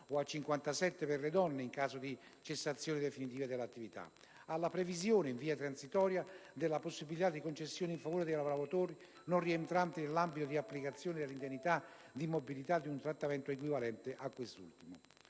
(o a 57 per le donne), in caso di cessazione definitiva dell'attività; alla previsione, in via transitoria, della possibilità di concessione, in favore dei lavoratori non rientranti nell'ambito di applicazione dell'indennità di mobilità, di un trattamento equivalente a quest'ultima.